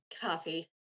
coffee